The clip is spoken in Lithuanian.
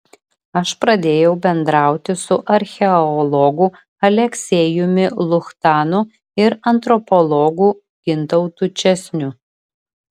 aš pradėjau bendrauti su archeologu aleksejumi luchtanu ir antropologu gintautu česniu